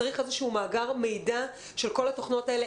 צריך איזשהו מאגר מידע של כל התוכנות האלה,